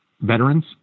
veterans